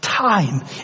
Time